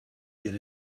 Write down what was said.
get